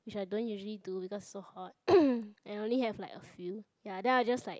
which I don't usually do because so hot and I only have like a few ya then I will just like